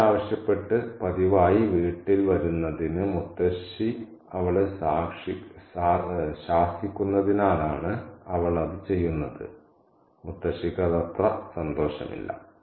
ജോലി ആവശ്യപ്പെട്ട് പതിവായി വീട്ടിൽ വരുന്നതിന് മുത്തശ്ശി അവളെ ശാസിക്കുന്നതിനാലാണ് അവൾ അത് ചെയ്യുന്നത് മുത്തശ്ശിക്ക് അതത്ര സന്തോഷമില്ല